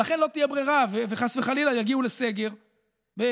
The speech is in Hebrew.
ולכן לא תהיה ברירה, וחס וחלילה יגיעו לסגר בחגים.